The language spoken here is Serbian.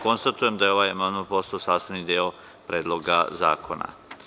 Konstatujem da je ovaj amandman postao sastavni deo Predloga zakona.